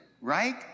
right